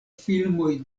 filmoj